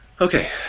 Okay